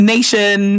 Nation